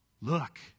Look